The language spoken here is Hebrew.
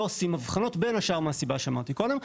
לא עושים הבחנות, בין השאר מהסיבה שאמרתי קודם.